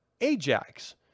Ajax